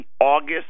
August